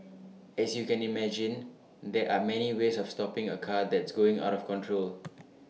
as you can imagine there are many ways of stopping A car that's going out of control